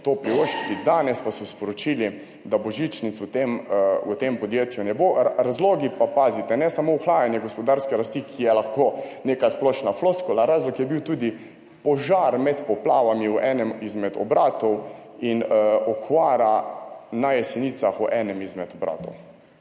to privoščili, danes pa so sporočili, da božičnic v tem podjetju ne bo. Razlogi pa so ne samo ohlajanje gospodarske rasti, ki je lahko neka splošna floskula, razlog je bil tudi požar med poplavami v enem izmed obratov in okvara na Jesenicah v enem izmed obratov.